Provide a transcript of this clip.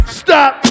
stop